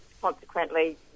consequently